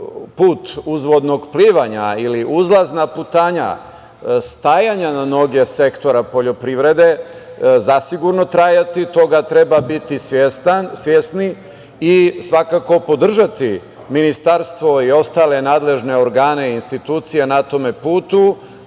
put uzvodnog plivanja ili uzlazna putanja stajanja na noge sektora poljoprivrede zasigurno trajati. Toga trebamo biti svesni i svakako podržati ministarstvo i ostale nadležne organe i institucije na tome putu,